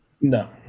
No